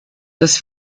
dass